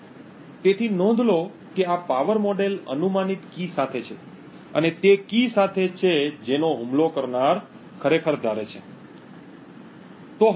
તેથી નોંધ લો કે આ પાવર મોડેલ અનુમાનિત કી સાથે છે આ તે કી સાથે છે જેની હુમલો કરનાર ખરેખર ધારણા કરે છે